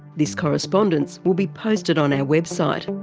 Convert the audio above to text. this correspondence will be posted on our website.